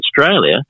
Australia